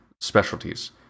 specialties